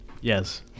Yes